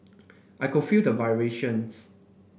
I could feel the vibrations